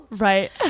right